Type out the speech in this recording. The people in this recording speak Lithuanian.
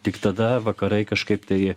tik tada vakarai kažkaip tai